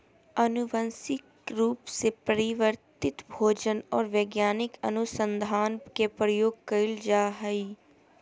आनुवंशिक रूप से परिवर्तित भोजन और वैज्ञानिक अनुसन्धान में प्रयोग कइल जा हइ